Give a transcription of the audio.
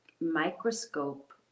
microscope